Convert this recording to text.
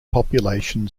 population